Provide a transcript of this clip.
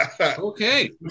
Okay